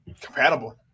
compatible